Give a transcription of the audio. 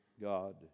God